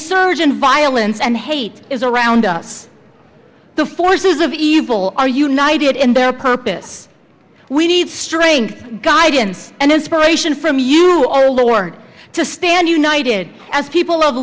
surge in violence and hate is around us the forces of evil are united in their purpose we need strange guidance and inspiration from you our lord to stand united as people of love